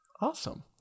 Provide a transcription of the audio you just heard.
Awesome